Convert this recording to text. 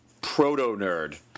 proto-nerd